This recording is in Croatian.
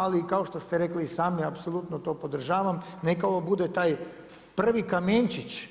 Ali i kao što ste rekli i sami, apsolutno to podržavam, neka ovo bude taj prvi kamenčić